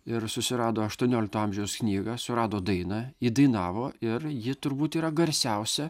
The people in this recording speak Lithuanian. ir susirado aštuoniolikto amžiaus knygą surado dainą įdainavo ir ji turbūt yra garsiausia